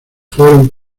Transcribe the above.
fueron